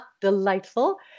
delightful